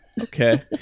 Okay